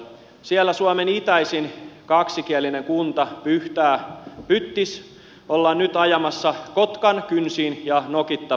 siellä suomen itäisin kaksikielinen kunta pyhtää pyttis ollaan nyt ajamassa kotkan kynsiin ja nokittavaksi